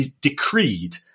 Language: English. decreed